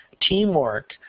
teamwork